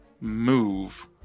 move